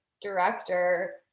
director